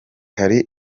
hari